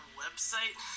website